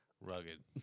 rugged